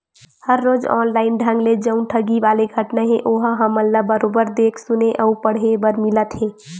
हर रोज ऑनलाइन ढंग ले जउन ठगी वाले घटना हे ओहा हमन ल बरोबर देख सुने अउ पड़हे बर मिलत हे